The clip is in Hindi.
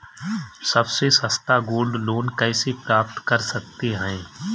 सबसे सस्ता गोल्ड लोंन कैसे प्राप्त कर सकते हैं?